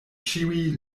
ĉiuj